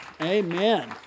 Amen